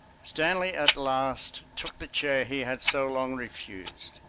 stanley at last took the chair he had so long refused.